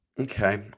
okay